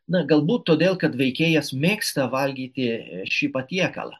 na galbūt todėl kad veikėjas mėgsta valgyti šį patiekalą